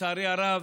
לצערי הרב,